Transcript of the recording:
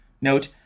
Note